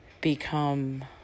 become